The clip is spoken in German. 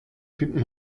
finden